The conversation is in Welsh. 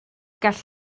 gall